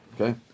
Okay